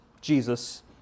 Jesus